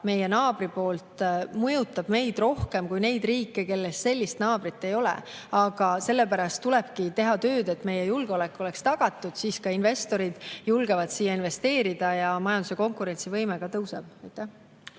meie naabri poolt mõjutab meid rohkem kui neid riike, kellel sellist naabrit ei ole. Sellepärast tulebki teha tööd, et meie julgeolek oleks tagatud. Siis julgevad ka investorid siia investeerida ja majanduse konkurentsivõime samuti tõuseb.